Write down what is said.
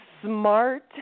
smart